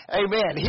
amen